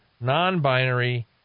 non-binary